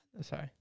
Sorry